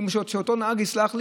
ושאותו נהג יסלח לי,